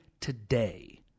today